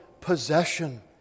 possession